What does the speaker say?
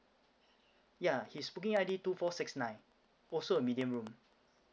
ya his booking I_D two four six nine also a medium room